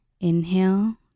Inhale